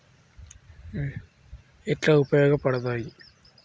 అవి ఎట్లా ఉపయోగ పడతాయి?